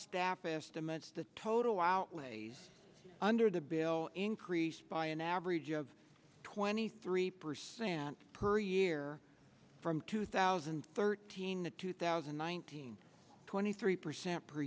staff estimates the total outlays under the bill increase by an average of twenty three percent per year from two thousand and thirteen to two thousand and nineteen twenty three percent per